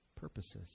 purposes